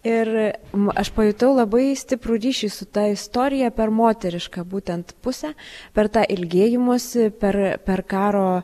ir aš pajutau labai stiprų ryšį su ta istorija per moterišką būtent pusę per tą ilgėjimosi per per karo